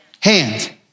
Hand